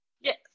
Yes